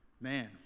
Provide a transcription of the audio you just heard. Man